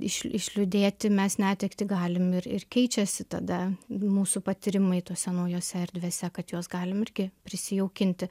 iš išliūdėti mes netektį galim ir ir keičiasi tada mūsų patyrimai tose naujose erdvėse kad juos galim irgi prisijaukinti